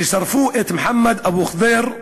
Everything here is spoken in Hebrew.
ששרפו את מוחמד אבו ח'דיר,